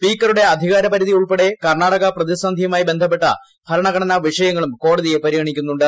സ്പീക്കറുടെ അധികാര പരിധി ഉൾപ്പെടെ കർണാടക പ്രതിസന്ധിയുമായി ബന്ധപ്പെട്ട ഭരണഘടനാ വിഷയങ്ങളും കോടതിയെ പരിഗണിക്കുന്നുണ്ട്